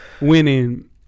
winning